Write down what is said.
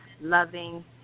loving